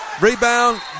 Rebound